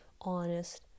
honest